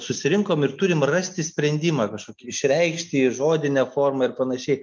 susirinkom ir turim rasti sprendimą kažkokį išreikšti žodine forma ir panašiai